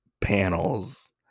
panels